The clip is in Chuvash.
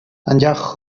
анчах